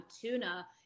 tuna